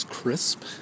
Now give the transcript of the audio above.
crisp